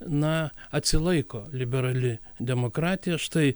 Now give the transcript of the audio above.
na atsilaiko liberali demokratija štai